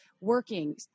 working